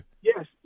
Yes